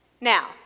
Now